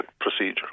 procedure